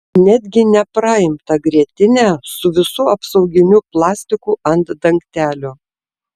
netgi nepraimtą grietinę su visu apsauginiu plastiku ant dangtelio